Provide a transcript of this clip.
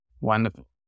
Wonderful